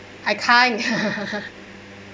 I kind